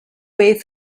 way